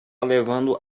levando